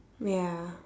ya